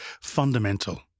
fundamental